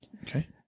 Okay